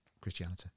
Christianity